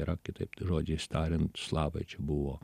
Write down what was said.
yra kitaip žodžiais tariant slavai čia buvo